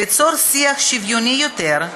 כדי ליצור שיח שוויוני יותר,